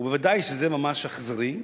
וודאי שזה ממש אכזרי.